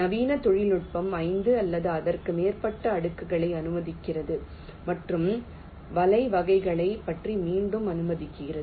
நவீன தொழில்நுட்பம் 5 அல்லது அதற்கு மேற்பட்ட அடுக்குகளை அனுமதிக்கிறது மற்றும் வலை வகைகளைப் பற்றி மீண்டும் அனுமதிக்கிறது